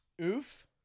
oof